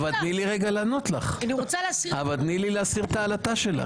תני לי לענות לך ולהסיר את העלטה.